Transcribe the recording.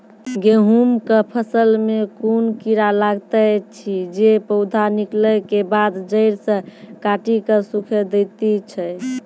गेहूँमक फसल मे कून कीड़ा लागतै ऐछि जे पौधा निकलै केबाद जैर सऽ काटि कऽ सूखे दैति छै?